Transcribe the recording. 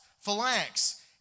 phalanx